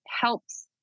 helps